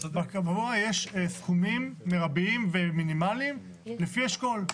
יש סכומים מרביים ומינימאליים לפי אשכול.